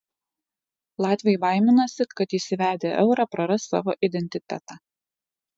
latviai baiminasi kad įsivedę eurą praras savo identitetą